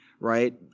right